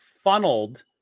funneled